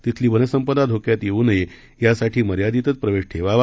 तिथली वनसंपदा धोक्यात येऊ नये यासाठी मर्यादितच प्रवेश ठेवावा